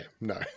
no